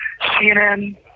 CNN